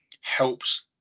helps